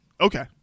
Okay